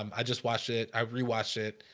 um i just watched it ivory watched it